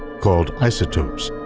called isotopes,